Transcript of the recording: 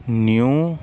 new